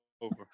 over